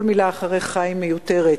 כל מלה אחרי חיים מיותרת.